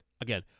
Again